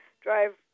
drive